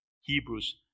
Hebrews